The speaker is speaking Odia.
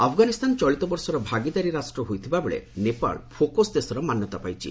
ଆଫ୍ଗାନିସ୍ତାନ ଚଳିତ ବର୍ଷର ଭାଗିଦାରୀ ରାଷ୍ଟ୍ର ହୋଇଥିବା ବେଳେ ନେପାଳ ଫୋକୋସ ଦେଶର ମାନ୍ୟତା ପାଇଛି